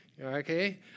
Okay